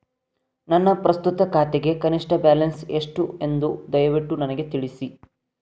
ನನ್ನ ಪ್ರಸ್ತುತ ಖಾತೆಗೆ ಕನಿಷ್ಟ ಬ್ಯಾಲೆನ್ಸ್ ಎಷ್ಟು ಎಂದು ದಯವಿಟ್ಟು ನನಗೆ ತಿಳಿಸಿ